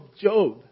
Job